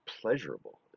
pleasurable